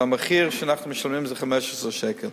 והמחיר שאנחנו משלמים זה 15 שקל.